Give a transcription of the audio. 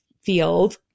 field